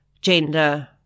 gender